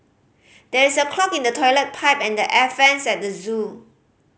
there is a clog in the toilet pipe and the air vents at the zoo